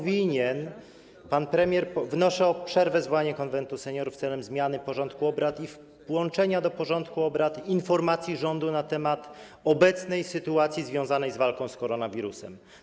Wnoszę o przerwę i zwołanie Konwentu Seniorów celem zmiany porządku obrad i włączenie do porządku obrad informacji rządu na temat obecnej sytuacji związanej z walką z koronawirusem.